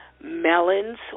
Melons